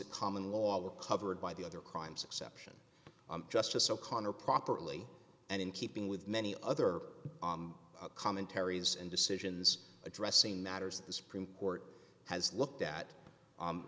a common law were covered by the other crimes exception justice o'connor properly and in keeping with many other commentaries and decisions addressing matters that the supreme court has looked at